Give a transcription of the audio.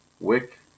wick